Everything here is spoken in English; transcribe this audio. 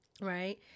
Right